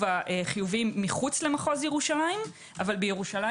החיוביים מחוץ למחוז ירושלים אבל בירושלים